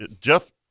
Jeff